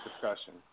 discussion